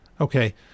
Okay